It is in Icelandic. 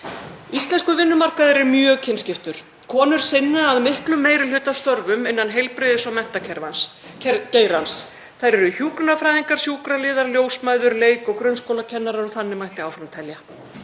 Íslenskur vinnumarkaður er mjög kynskiptur. Konur sinna að miklum meiri hluta störfum innan heilbrigðis- og menntageirans. Þær eru hjúkrunarfræðingar, sjúkraliðar, ljósmæður, leik- og grunnskólakennarar, og þannig mætti áfram telja.